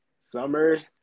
Summers